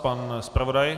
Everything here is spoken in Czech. Pan zpravodaj?